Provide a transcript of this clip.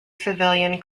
civilian